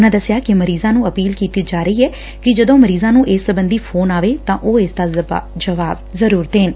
ਉਨ੍ਹਾਂ ਦਸਿਆ ਕਿ ਮਰੀਜਾਂ ਨੂੰ ਅਪੀਲ ਕੀਤੀ ਜਾ ਰਹੀ ਹੈ ਕਿ ਜਦੋ ਮਰੀਜਾਂ ਨੂੰ ਇਸ ਸਬੰਧੀ ਫੋਨ ਆਵੇ ਤਾਂ ਉਹ ਇਸ ਦਾ ਜਵਾਬ ਜ਼ਰਰ ਦੇਣ